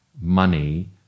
money